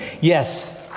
Yes